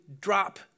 drop